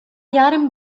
jahren